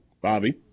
Bobby